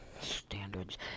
standards